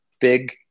big